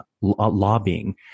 lobbying